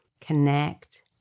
Connect